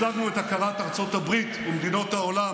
השגנו את הכרת ארצות הברית ומדינות עולם